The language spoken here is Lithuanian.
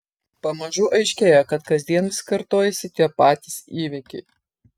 pamažu aiškėja kad kasdien vis kartojasi tie patys įvykiai